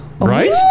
Right